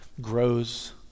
grows